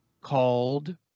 called